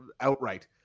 outright